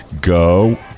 Go